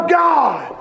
god